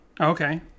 Okay